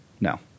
No